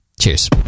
Cheers